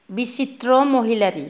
बिसित्र' महिलारी